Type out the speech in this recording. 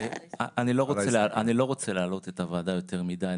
אני לא רוצה להלאות את הוועדה יותר מידי.